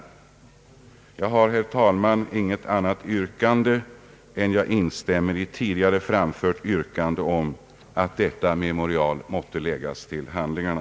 Jag har, herr talman, inget annat yrkande än att jag instämmer i tidigare framfört yrkande om att detta memorial måtte läggas till handlingarna.